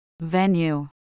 Venue